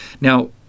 now